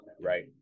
Right